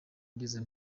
ngeze